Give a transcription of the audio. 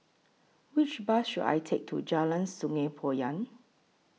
Which Bus should I Take to Jalan Sungei Poyan